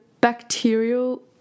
bacterial